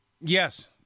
Yes